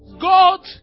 God